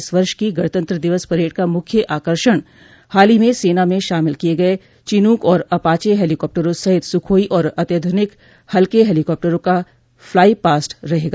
इस वर्ष की गणतंत्र दिवस परेड का मुख्य आकर्षण हाल ही में सेना में शामिल किए गए चिनूक और अपाचे हेलीकॉप्टरों सहित सुखोई और अत्याधुनिक हल्के हेलीकॉप्टरों का फ्लाई पास्ट रहेगा